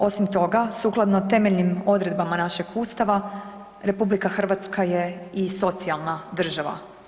Osim toga, sukladno temeljnim odredbama našeg ustava RH je i socijalna država.